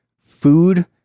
food